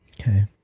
okay